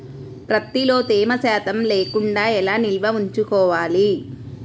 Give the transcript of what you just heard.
ప్రత్తిలో తేమ శాతం లేకుండా ఎలా నిల్వ ఉంచుకోవాలి?